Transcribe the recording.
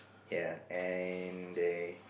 ya and they